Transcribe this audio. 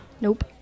Nope